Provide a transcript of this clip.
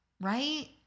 Right